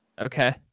Okay